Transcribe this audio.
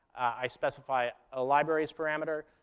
i specify a libraries parameter.